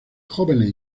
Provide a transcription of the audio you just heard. jóvenes